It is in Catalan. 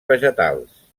vegetals